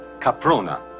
Caprona